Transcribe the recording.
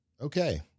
okay